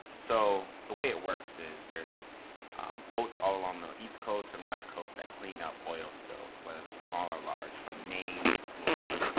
so the way it works is there are boats all along the east coast and west coast that clean up oil spills, whether they're small or large, from maine to florida.